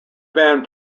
band